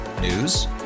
News